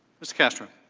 mr. castro.